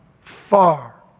far